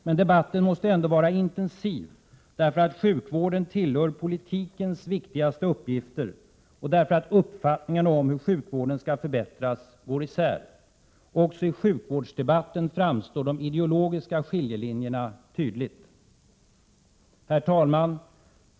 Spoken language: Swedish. Men debatten måste ändå vara intensiv, därför att sjukvården tillhör politikens viktigaste uppgifter och därför att uppfattningarna om hur sjukvården skall förbättras går isär. Också i sjukvårdsdebatten framstår de ideologiska skiljelinjerna tydligt. Herr talman!